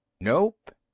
Nope